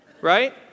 right